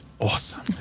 Awesome